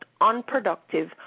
unproductive